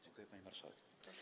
Dziękuję, pani marszałek.